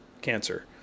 cancer